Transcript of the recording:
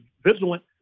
vigilant